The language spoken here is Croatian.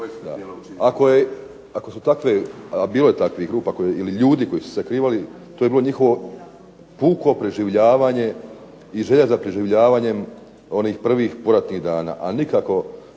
Ako su takve, a bilo je takvih grupa ili ljudi koji su sakrivali to je bilo njihovo puko preživljavanje i želja za preživljavanjem onih prvih poratnih dana,